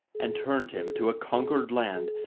and turned him to a conquered land,